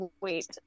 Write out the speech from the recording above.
wait